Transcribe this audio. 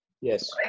Yes